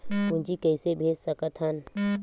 पूंजी कइसे भेज सकत हन?